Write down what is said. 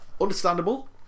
Understandable